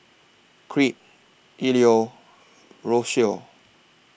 Crete Ilo Rocio